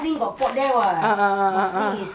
but marsiling got port there [what] marsiling is